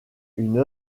une